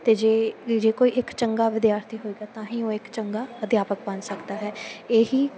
ਅਤੇ ਜੇ ਜੇ ਕੋਈ ਇੱਕ ਚੰਗਾ ਵਿਦਿਆਰਥੀ ਹੋਵੇਗਾ ਤਾਂ ਹੀ ਉਹ ਇੱਕ ਚੰਗਾ ਅਧਿਆਪਕ ਬਣ ਸਕਦਾ ਹੈ ਇਹ ਹੀ